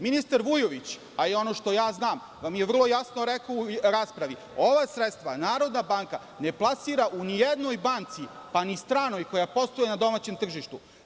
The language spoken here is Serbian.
Ministar Vujović, a i ono što znam da mi je vrlo rekao u raspravi, ova sredstva Narodna banka ne plasira ni u jednoj banci, pa ni stranoj koja postoji na domaćem tržištu.